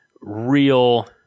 real